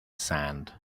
sand